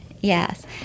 yes